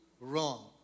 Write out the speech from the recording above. wrong